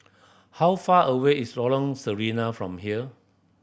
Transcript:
how far away is Lorong Sarina from here